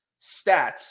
stats